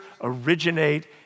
originate